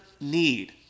need